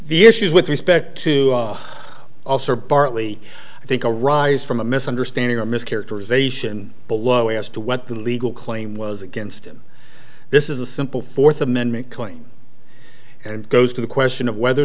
the issues with respect to also bartley i think arise from a misunderstanding or mis characterization below as to what the legal claim was against him this is a simple fourth amendment claim and goes to the question of whether or